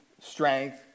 strength